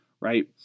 right